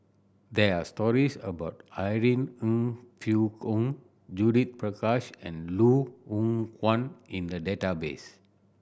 there are stories about Irene Ng Phek Hoong Judith Prakash and Loh Hoong Kwan In the database